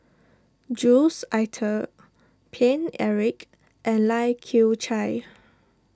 Jules Itier Paine Eric and Lai Kew Chai